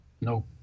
no